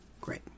great